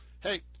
hey